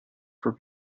for